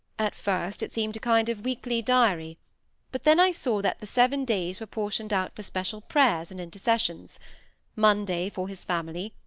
at first, it seemed a kind of weekly diary but then i saw that the seven days were portioned out for special prayers and intercessions monday for his family,